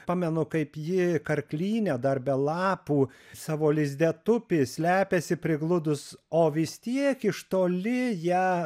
pamenu kaip ji karklyne dar be lapų savo lizde tupi slepiasi prigludus o vis tiek iš toli ją